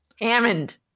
Hammond